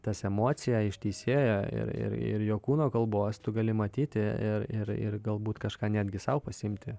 tas emocija iš teisėjo ir ir jo kūno kalbos tu gali matyti ir ir ir galbūt kažką netgi sau pasiimti